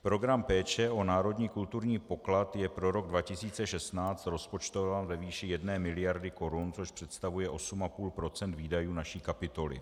Program péče o národní kulturní poklad je pro rok 2016 rozpočtován ve výši jedné miliardy korun, což představuje 8,5 % výdajů naší kapitoly.